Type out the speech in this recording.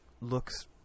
looks